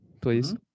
please